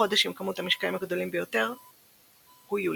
החודש עם כמות המשקעים הגדולה ביותר הוא יולי.